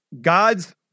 God's